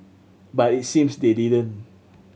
but it seems they didn't